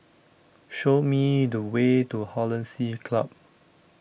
Show Me The Way to Hollandse Club